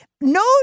No